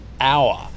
hour